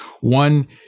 One